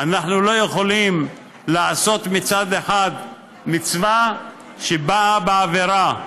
אנחנו לא יכולים לעשות מצד אחד מצווה שבאה בעבירה,